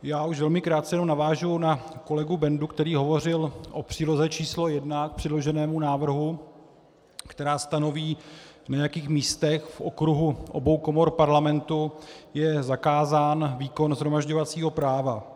Já už velmi krátce jenom navážu na kolegu Bendu, který hovořil o příloze číslo jedna k předloženém návrhu, která stanoví, na jakých místech v okruhu obou komor Parlamentu je zakázán výkon shromažďovacího práva.